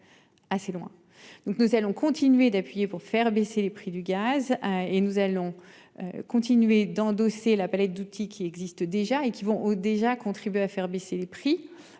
nous allons continuer d'appuyer pour faire baisser les prix du gaz et nous allons. Continuer d'endosser la palette d'outils qui existent déjà et qui vont au déjà contribué à faire baisser les prix.